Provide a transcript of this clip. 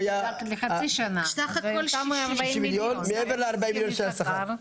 60 מיליון, מעבר ל-40 מיליון של השכר.